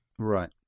right